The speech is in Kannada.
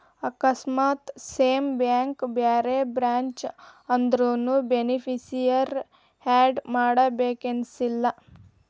ಆಕಸ್ಮಾತ್ ಸೇಮ್ ಬ್ಯಾಂಕ್ ಬ್ಯಾರೆ ಬ್ರ್ಯಾಂಚ್ ಆದ್ರುನೂ ಬೆನಿಫಿಸಿಯರಿ ಆಡ್ ಮಾಡಬೇಕನ್ತೆನಿಲ್ಲಾ